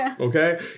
Okay